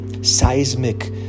seismic